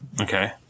Okay